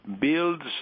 builds